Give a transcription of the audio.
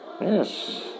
Yes